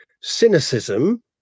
cynicism